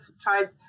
tried